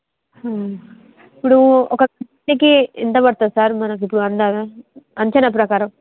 ఇప్పుడు ఒక షిప్స్కి ఎంత పడుతుంది సార్ మనకిప్పుడు అందాకా అంచనా ప్రకారం